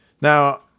Now